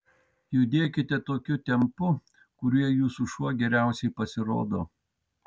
judėkite tokiu tempu kuriuo jūsų šuo geriausiai pasirodo